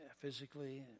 physically